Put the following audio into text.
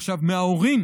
עכשיו, מההורים